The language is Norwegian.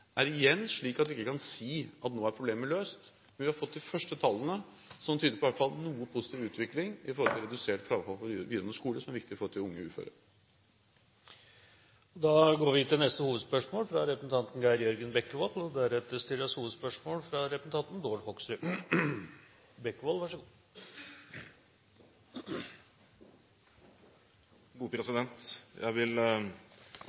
er igjen slik at vi ikke kan si at nå er problemet løst, men vi har fått de første tallene som tyder på i alle fall en noe positiv utvikling i forhold til redusert frafall på videregående skole, som er viktig i forhold til unge uføre. Vi går videre til neste hovedspørsmål.